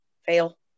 fail